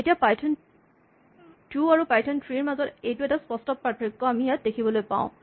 এতিয়া পাইথন ২ আৰু পাইথন ৩ ৰ মাজৰ এটা স্পষ্ট পাৰ্থক্য আমি ইয়াত দেখিবলৈ পাওঁ